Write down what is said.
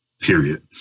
period